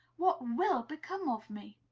what will become of me?